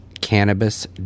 Cannabis